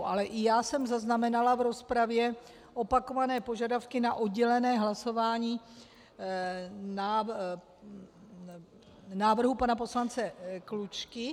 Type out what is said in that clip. Ale i já jsem zaznamenala v rozpravě opakované požadavky na oddělené hlasování návrhu pana poslance Klučky.